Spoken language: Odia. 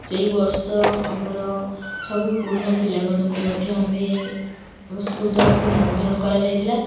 ସେଇବର୍ଷ ଆମର ସବୁ ପୁରୁଣା ପିଲାମାନଙ୍କୁ ମଧ୍ୟ ଆମେ ଆମ ସ୍କୁଲ୍ ତରଫରୁ ନିମନ୍ତ୍ରଣ କରାଯାଇଥିଲା